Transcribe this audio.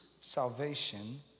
salvation